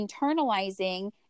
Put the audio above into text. internalizing